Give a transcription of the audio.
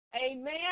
Amen